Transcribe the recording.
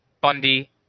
Bundy